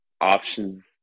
Options